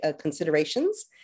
Considerations